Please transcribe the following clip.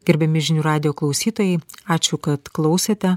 gerbiami žinių radijo klausytojai ačiū kad klausėte